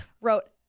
wrote